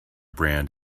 brand